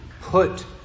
put